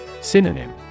Synonym